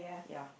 ya